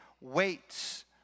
waits